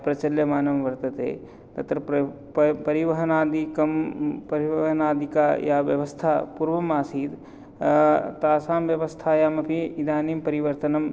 प्रचल्यमानं वर्तते तत्र प्र् प परिवहनादिकं परिवानादिका या व्यवस्था पूर्वमासीत् तासां व्यवस्थायाम् अपि इदानीं परिवर्तनं